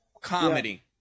comedy